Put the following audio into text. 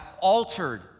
altered